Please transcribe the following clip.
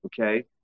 Okay